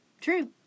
True